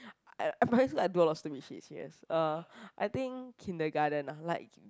I I primary school I do a lot of stupid shit serious uh I think Kindergarten ah like